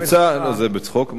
זה בצחוק.